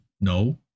No